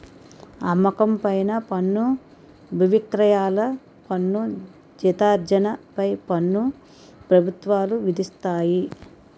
అమ్మకం పైన పన్ను బువిక్రయాల పన్ను జీతార్జన పై పన్ను ప్రభుత్వాలు విధిస్తాయి